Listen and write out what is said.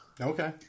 Okay